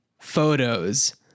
photos